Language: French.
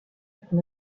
afin